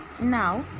now